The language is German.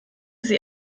sie